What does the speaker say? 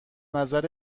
نظر